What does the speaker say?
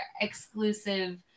exclusive